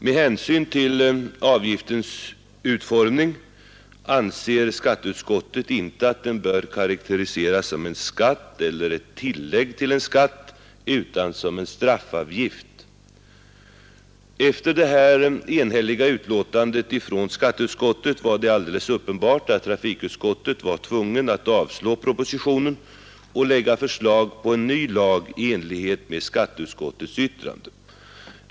——— Med hänsyn till avgiftens utformning anser utskottet inte att den bör karaktäriseras som en skatt eller ett tillägg till en skatt utan som en straffavgift.” Efter detta enhälliga yttrande från skatteutskottet var det alldeles uppenbart att trafikutskottet var tvunget att avstyrka propositionen och lägga fram förslag till en ny lag i enlighet med skatteutskottets yttrande.